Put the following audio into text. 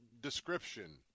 Description